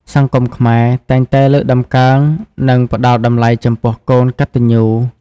សង្គមខ្មែរតែងតែលើកតម្កើង និងផ្ដល់តម្លៃចំពោះកូនកត្ដញ្ញូ។